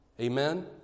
Amen